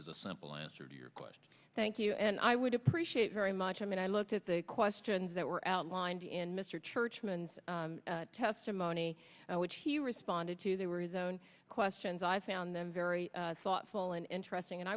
as a simple answered your question thank you and i would appreciate very much i mean i looked at the questions that were outlined in mr churchman testimony which he risk bonded to they were his own questions i found them very thoughtful and interesting and